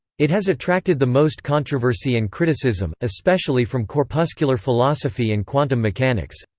it has attracted the most controversy and criticism, especially from corpuscular philosophy and quantum mechanics.